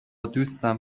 دوستم